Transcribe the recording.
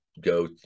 go